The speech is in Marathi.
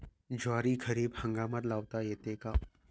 ज्वारी खरीप हंगामात लावता येते का?